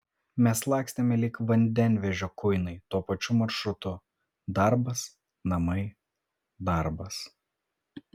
mes lakstėme lyg vandenvežio kuinai tuo pačiu maršrutu darbas namai darbas